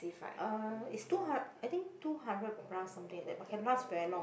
uh is two hundred I think two hundred plus something like that but can last very long